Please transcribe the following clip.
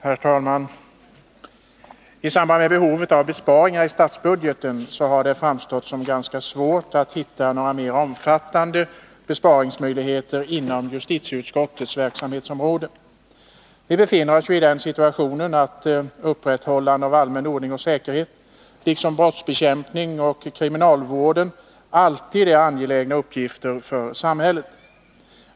Herr talman! I samband med behovet av besparingar i statsbudgeten har det framstått som ganska svårt att hitta några mera omfattande besparingsmöjligheter inom justitieutskottets verksamhetsområde. Upprätthållandet av allmän ordning och säkerhet, liksom brottsbekämpningen och kriminalvården, är alltid angelägna uppgifter för samhället.